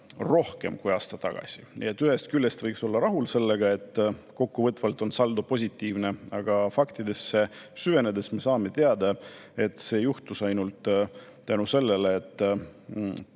rohkem kui aasta tagasi. Nii et ühest küljest võiks olla rahul sellega, et kokkuvõtvalt on saldo positiivne, aga faktidesse süvenedes me saame teada, et see juhtus ainult tänu sellele, et